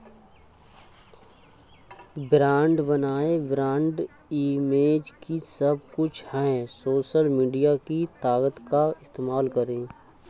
brand बनाएं, brand image ही सब कुछ है, सोशल मीडिया की ताकत का इस्तेमाल करें